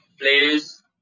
Please